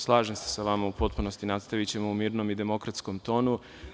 Slažem se sa vama u potpunosti, nastavićemo u mirnom i demokratskom tonu.